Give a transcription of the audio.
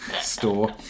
store